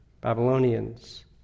Babylonians